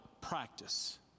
practice